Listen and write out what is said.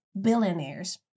billionaires